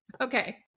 Okay